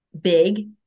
big